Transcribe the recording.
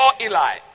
Eli